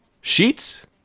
sheets